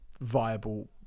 viable